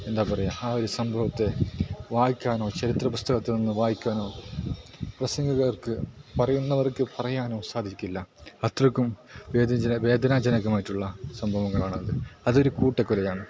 എന്താണ് പറയുക ആ ഒരു സംഭവത്തെ വായിക്കാനോ ചരിത്ര പുസ്തകത്തിൽ നിന്ന് വായിക്കാനോ പ്രാസംഗികർക്ക് പറയുന്നവർക്ക് പറയാനോ സാധിക്കില്ല അത്രക്കും വേദനാജനകമായിട്ടുള്ള സംഭവങ്ങളാണ് അതൊരു കൂട്ടക്കൊലയാണ്